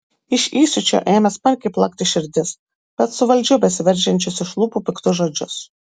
iš įsiūčio ėmė smarkiai plakti širdis bet suvaldžiau besiveržiančius iš lūpų piktus žodžius